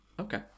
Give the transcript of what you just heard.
Okay